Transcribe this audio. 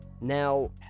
Now